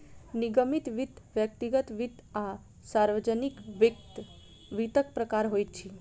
निगमित वित्त, व्यक्तिगत वित्त आ सार्वजानिक वित्त, वित्तक प्रकार होइत अछि